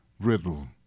riddle